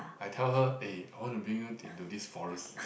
I tell her eh I want to bring you into this forest